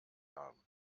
haben